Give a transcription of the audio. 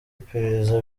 iperereza